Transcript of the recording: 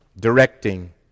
directing